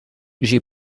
j’ai